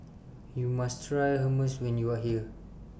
YOU must Try Hummus when YOU Are here